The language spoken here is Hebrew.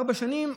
ארבע שנים,